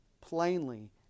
plainly